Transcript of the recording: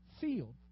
field